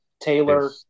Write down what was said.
Taylor